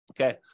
Okay